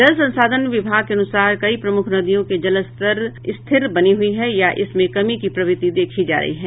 जल संसाधन विभाग के अनुसार कई प्रमुख नदियों के जलस्तर स्थिर बनी हुई है या इसमें कमी की प्रवृत्ति देखी जा रही है